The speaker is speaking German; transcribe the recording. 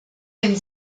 wenn